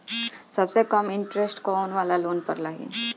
सबसे कम इन्टरेस्ट कोउन वाला लोन पर लागी?